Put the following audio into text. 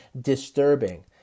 disturbing